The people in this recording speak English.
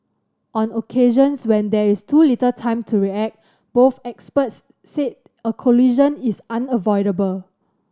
on occasions when there is too little time to react both experts said a collision is unavoidable